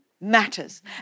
matters